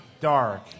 dark